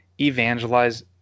evangelize